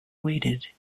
weighted